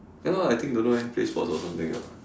ya lor I think don't know eh play sports or something ah